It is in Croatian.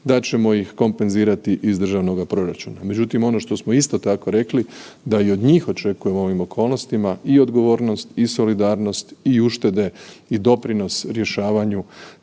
da ćemo ih kompenzirati iz državnoga proračuna. Međutim, ono što smo isto tako rekli da ih od njih očekujemo u ovim okolnostima i odgovornost i solidarnost i uštede i doprinos rješavanju